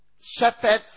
shepherds